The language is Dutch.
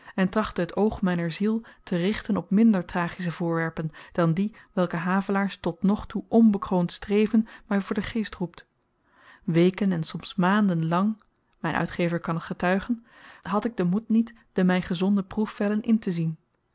en trachtte het oog myner ziel te richten op minder tragische voorwerpen dan die welke havelaars tot nog toe onbekroond streven my voor den geest roept weken en soms maanden lang myn uitgever kan t getuigen had ik den moed niet de my gezonden proefvellen intezien